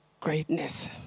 greatness